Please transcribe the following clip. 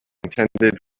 intended